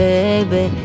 Baby